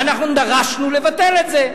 ודרשנו לבטל את זה.